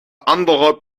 andere